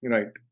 Right